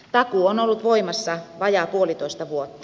takuu on ollut voimassa vajaat puolitoista vuotta